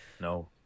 No